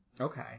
Okay